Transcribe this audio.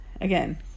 again